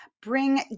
bring